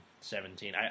seventeen